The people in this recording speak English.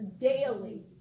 daily